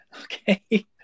Okay